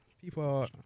people